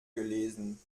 gelesen